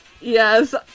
Yes